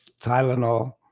Tylenol